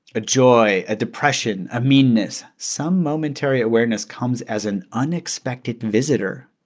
a joy, a depression, a meanness, some momentary awareness comes as an unexpected visitor.